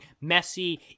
Messy